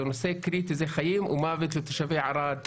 זה חיים או מוות לתושבי ערד,